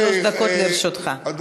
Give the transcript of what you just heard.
שלוש דקות לרשותך.